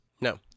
No